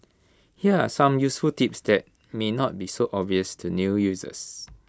here are some useful tips that may not be so obvious to new users